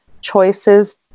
choices